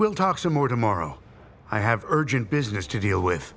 we'll talk some more tomorrow i have urgent business to deal with